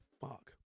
fuck